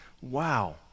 Wow